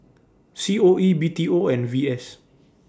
C O E B T O and V S